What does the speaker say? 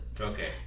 Okay